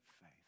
faith